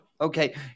okay